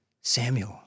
Samuel